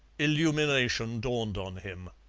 illumination dawned on him.